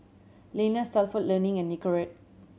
Lenas Stalford Learning and Nicorette